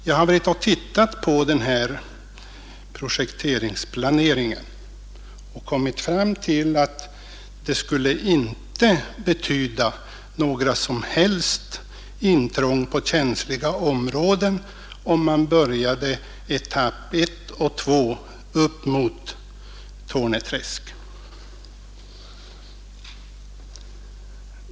Jag har studerat ifrågavarande projektplanering och har kommit fram till att det inte skulle betyda något intrång på känsliga områden, om man påbörjade arbetena på etapperna ett och två upp mot Torneträsk.